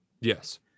yes